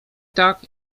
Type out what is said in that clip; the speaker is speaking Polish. tak